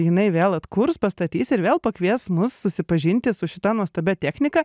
jinai vėl atkurs pastatys ir vėl pakvies mus susipažinti su šita nuostabia technika